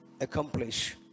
accomplish